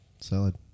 Salad